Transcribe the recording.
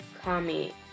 Kami